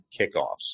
kickoffs